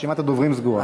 רשימת הדוברים סגורה.